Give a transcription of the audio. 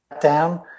down